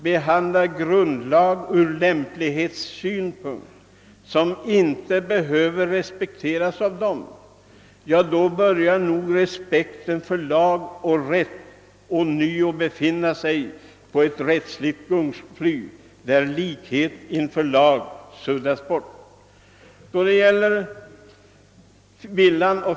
behandlar grundlag ur lämplighetssynpunkt och icke anser den behöva respekteras, då börjar nog re spekten för lag och rätt ånyo befinna sig på ett rättsligt gungfly, där likhet inför lag suddats bort.